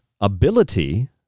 ability